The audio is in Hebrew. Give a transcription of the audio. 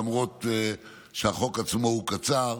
למרות שהחוק עצמו הוא קצר.